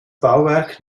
bauwerk